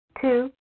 Two